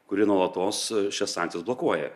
kuri nuolatos šias akcijas blokuoja